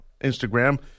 Instagram